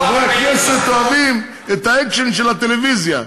חברי הכנסת אוהבים את האקשן של הטלוויזיה,